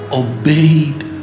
obeyed